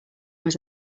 was